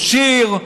או שיר,